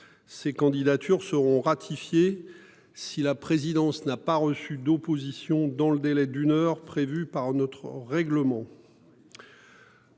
ces candidatures seront ratifiées si la présidence n'a pas reçu d'opposition dans le délai d'une heure prévue par notre règlement.